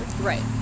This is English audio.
Right